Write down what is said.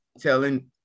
telling